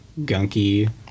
gunky